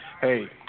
hey